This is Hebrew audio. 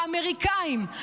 האמריקאים,